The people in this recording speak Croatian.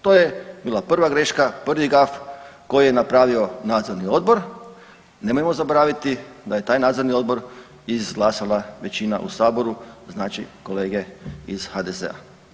To je bila prva greška, prvi gaf koji je napravio nadzorni odbor, nemojmo zaboraviti da je taj nadzorni odbor izglasala većina u Saboru, znači kolege iz HDZ-a.